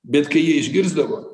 bet kai jie išgirsdavo